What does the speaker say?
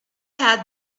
had